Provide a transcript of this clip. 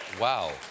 wow